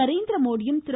நரேந்திரமோடியும் திரு